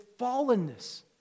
fallenness